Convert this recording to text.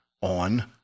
on